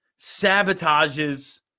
sabotages